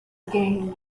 again